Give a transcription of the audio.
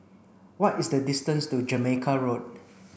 what is the distance to Jamaica Road